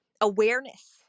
Awareness